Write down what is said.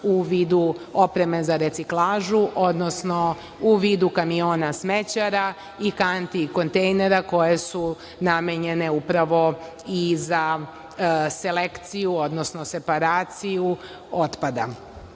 u vidu opreme za reciklažu, odnosno u vidu kamiona smećara i kanti i kontejnera koje su namenjene upravo i za selekciju odnosno separaciju otpada. Kada